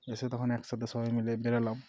এসে তখন একসাথে সবাই মিলে বেরলাম